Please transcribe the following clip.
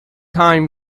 time